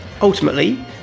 Ultimately